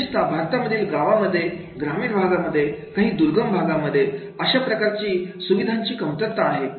विशेषता भारतातील गावांमध्ये ग्रामीण भागामध्ये काही दुर्गम भागांमध्ये अशा प्रकारचे सुविधांची कमतरता आहे